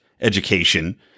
education